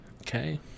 Okay